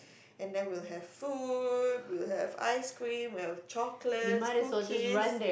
and then we'll have food we'll have ice cream we'll have chocolate cookies